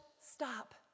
stop